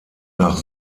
nach